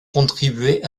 contribué